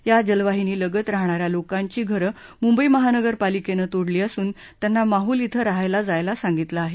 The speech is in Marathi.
या जलवाहिनी लगत राहणा या लोकांची घरं मुंबई महानगर पालिकेनं तोडली असून त्यांना माहूल इथं राहायला जायला सांगितलं आहे